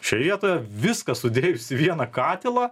šioje vietoje viską sudėjus vieną katilą